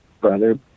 brother